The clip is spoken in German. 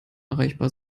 erreichbar